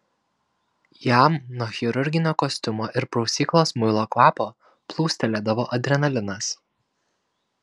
jam nuo chirurginio kostiumo ir prausyklos muilo kvapo plūstelėdavo adrenalinas